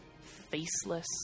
faceless